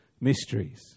mysteries